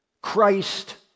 Christ